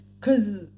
Cause